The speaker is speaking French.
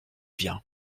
vient